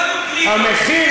המחיר,